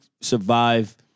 survive